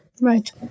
Right